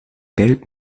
geld